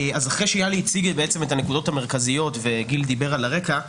אחרי שיהלי הציג את הנקודות המרכזיות וגיל דיבר על הרקע,